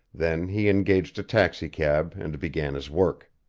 then he engaged a taxicab and began his work.